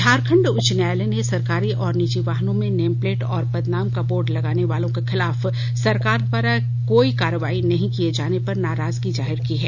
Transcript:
झारखंड उच्च न्यायालय ने सरकारी और निजी वाहनों में नेम प्लेट और पदनाम का बोर्ड लगाने वालों के खिलाफ सरकार द्वारा कोई कार्रवाई नहीं किए जाने पर नाराजगी जाहिर की है